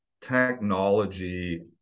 technology